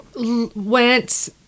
went